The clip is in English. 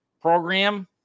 Program